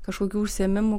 kažkokių užsiėmimų